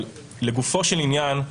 אבל לגופו של עניין,